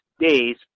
days